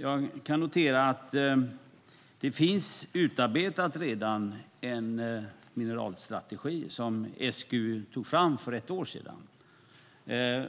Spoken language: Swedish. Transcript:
Jag kan notera att det redan finns en mineralstrategi utarbetad som SGU tog fram för ett år sedan